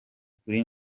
kuri